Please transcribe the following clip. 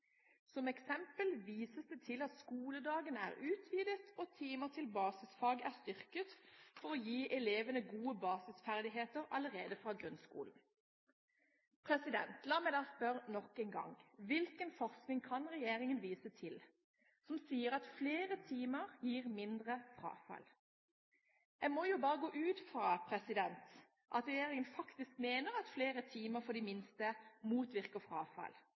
Som eksempel vises det til at skoledagen er utvidet og timer til basisfag er styrket for å gi elevene gode basisferdigheter allerede fra grunnskolen.» La meg da spørre nok en gang: Hvilken forskning kan regjeringen vise til som sier at flere timer gir mindre frafall? Jeg må jo bare gå ut fra at regjeringen faktisk mener at flere timer for de minste, motvirker frafall,